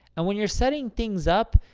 and when you're setting things up,